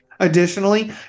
Additionally